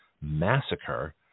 massacre